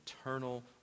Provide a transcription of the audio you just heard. eternal